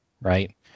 Right